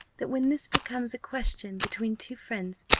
that when this becomes a question between two friends,